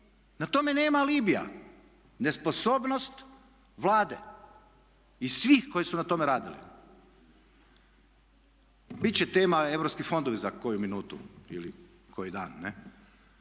na tome nema alibija, nesposobnost Vlade i svih koji su na tome radili. Biti će tema europski fondovi za koju minutu ili koji dan,